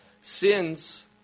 sins